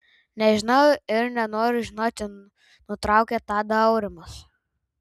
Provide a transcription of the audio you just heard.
nežinau ir nenoriu žinoti nutraukė tadą aurimas